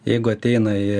jeigu atėnai